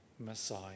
messiah